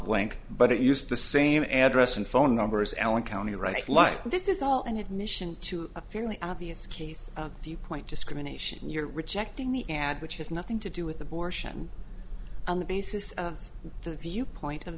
link but it used the same address and phone numbers allen county right like this is all and it mission to a fairly obvious case the point discrimination you're rejecting the ad which has nothing to do with abortion on the basis of the viewpoint of